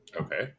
Okay